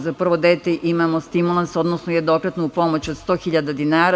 Za prvo dete imamo stimulans, odnosno jednokratnu pomoć od 100.000 dinara.